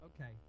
Okay